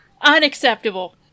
unacceptable